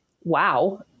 wow